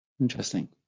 Interesting